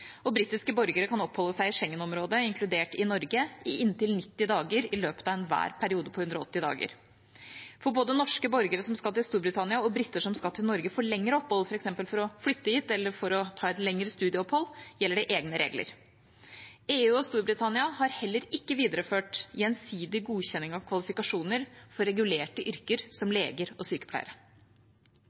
og britiske borgere kan oppholde seg i Schengen-området, inkludert Norge, i inntil 90 dager i løpet av enhver periode på 180 dager. For både norske borgere som skal til Storbritannia, og briter som skal til Norge for lengre opphold, f.eks. for å flytte hit eller ta et lengre studieopphold, gjelder egne regler. EU og Storbritannia har heller ikke videreført gjensidig godkjenning av kvalifikasjoner for regulerte yrker som leger og sykepleiere.